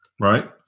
right